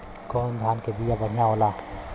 कौन धान के बिया बढ़ियां होला?